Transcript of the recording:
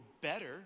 better